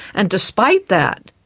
and despite that,